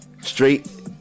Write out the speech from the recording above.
Straight